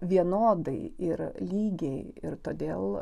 vienodai ir lygiai ir todėl